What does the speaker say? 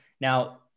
Now